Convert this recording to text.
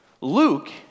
Luke